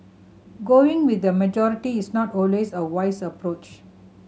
going with the majority is not always a wise approach